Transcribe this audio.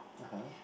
(uh huh)